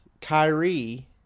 Kyrie